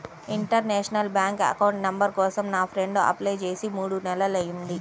international bank account number కోసం నా friend apply చేసి మూడు నెలలయ్యింది